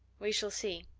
we shall see,